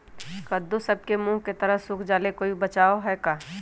कददु सब के मुँह के तरह से सुख जाले कोई बचाव है का?